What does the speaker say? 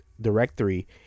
directory